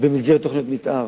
במסגרת תוכניות מיתאר,